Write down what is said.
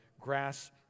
grass